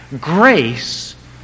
grace